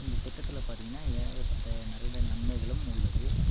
இந்த திட்டத்தில் பார்த்திங்கன்னா ஏகப்பட்ட நெருட நன்மைகளும் உள்ளது